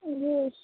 जी